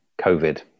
COVID